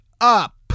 Up